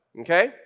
okay